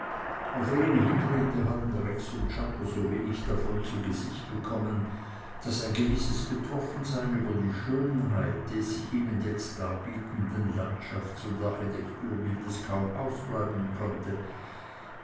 auf ihrem hinritte hatten rex und czako so wenig davon zu gesicht bekommen daß ein gewisses betroffensein über die schönheit des sich ihnen jetzt darbietenden landschafts und architekturbildes kaum ausbleiben konnte